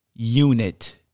Unit